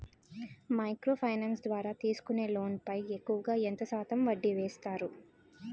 Micro finance ద్వారా తీసుకునే loan పై ఎక్కువుగా ఎంత శాతం వడ్డీ వేస్తారు?